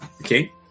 Okay